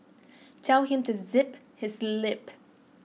tell him to zip his lip